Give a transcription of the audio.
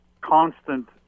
constant